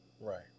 Right